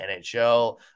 NHL